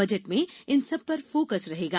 budget में इन सब पर फोकस रहेगा